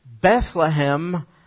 Bethlehem